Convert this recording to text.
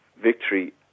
victory